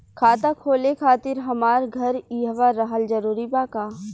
खाता खोले खातिर हमार घर इहवा रहल जरूरी बा का?